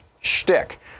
shtick